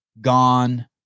gone